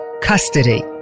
custody